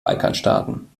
balkanstaaten